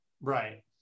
right